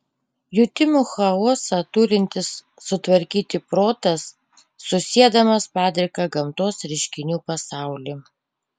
jutimų chaosą turintis sutvarkyti protas susiedamas padriką gamtos reiškinių pasaulį